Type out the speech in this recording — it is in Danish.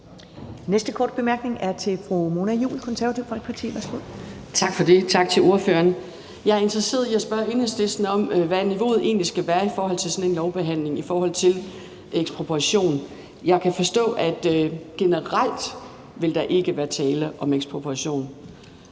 Næste korte bemærkning er til fru Mona Juul, Det Konservative Folkeparti. Værsgo. Kl. 10:22 Mona Juul (KF): Tak for det. Tak til ordføreren. Jeg er interesseret i at spørge Enhedslisten om, hvad niveauet egentlig skal være i sådan en lovbehandling i forhold til ekspropriation. Jeg kan forstå, at der generelt ikke vil være tale om ekspropriation.